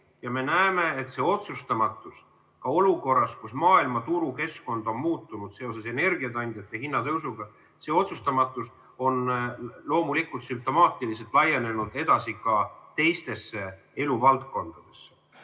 Me näeme, et see otsustamatus ka olukorras, kus maailmaturu keskkond on muutunud seoses energiakandjate hinna tõusuga, on loomulikult sümptomaatiliselt laienenud edasi ka teistesse eluvaldkondadesse. Otsustamatus